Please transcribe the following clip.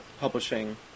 publishing